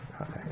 Okay